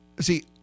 See